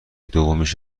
دومیش